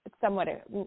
somewhat